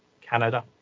Canada